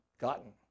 gotten